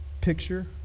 picture